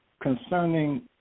concerning